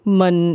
mình